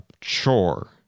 chore